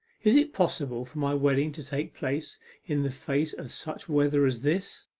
is it possible for my wedding to take place in the face of such weather as this